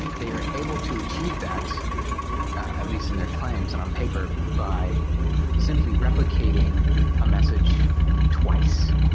they are able to achieve that at least in their claims and on paper by simply replicating a message twice.